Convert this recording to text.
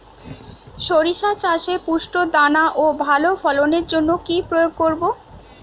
শরিষা চাষে পুষ্ট দানা ও ভালো ফলনের জন্য কি প্রয়োগ করব?